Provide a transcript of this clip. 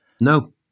No